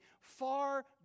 far